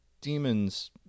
demons